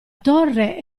torre